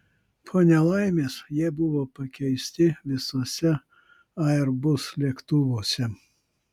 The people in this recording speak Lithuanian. po nelaimės jie buvo pakeisti visuose airbus lėktuvuose